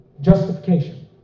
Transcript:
justification